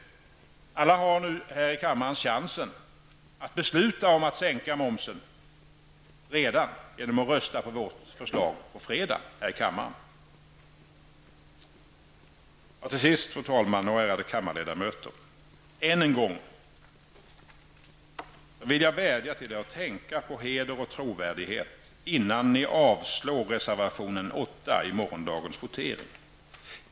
Alla här i kammaren har nu chansen att besluta om att sänka momsen redan nu genom att på fredag rösta på vårt förslag. Till sist, fru talman och ärade kammarledamöter, vill jag än en gång vädja till er att tänka på heder och trovärdighet innan ni vid morgondagens votering avslår reservation nr 8.